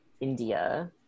India